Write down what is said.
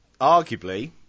arguably